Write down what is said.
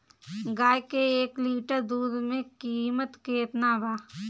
गाय के एक लीटर दूध के कीमत केतना बा?